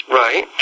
right